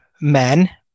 men